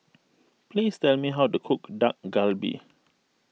please tell me how to cook Dak Galbi